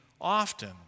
often